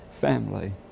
family